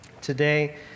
today